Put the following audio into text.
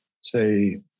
say